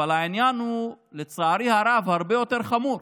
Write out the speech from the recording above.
אבל העניין הוא, לצערי הרב, הרבה יותר חמור.